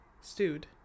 Stewed